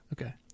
Okay